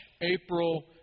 April